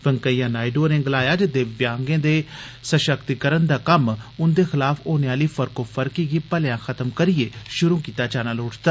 वैंकइयां नायडू होरें गलाया जे दिव्यांगजनें दे सशक्तिकरण दा कम्म उन्दे खलाफ होनें आली फरकोफर्की गी भलेयां खत्म करिएं शुरू कीत्ता जाना लोढ़चदा